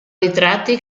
ritratti